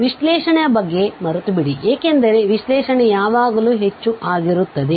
ವಿಶ್ಲೇಷಣೆಯ ಬಗ್ಗೆ ಮರೆತುಬಿಡಿ ಏಕೆಂದರೆ ವಿಶ್ಲೇಷಣೆ ಯಾವಾಗಲೂ ಹೆಚ್ಚು ಆಗಿರುತ್ತದೆ